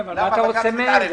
אבל מה אתה רוצה מהם?